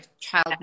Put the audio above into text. child